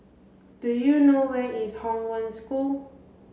do you know where is Hong Wen School